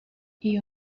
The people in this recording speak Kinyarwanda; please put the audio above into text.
iyi